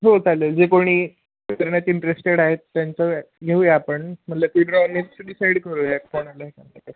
हो चालेल जे कोणी ते करण्यात इंटरेस्टेड आहेत त्यांचं घेऊया आपण मतलब ती कोणी आणायची डिसाईड करूया कोणाला